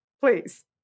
Please